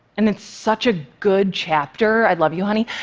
and it's such a good chapter i love you, honey